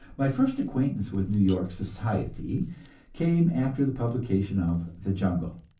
my first acquaintance with new york society came after the publication of the jungle.